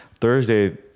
Thursday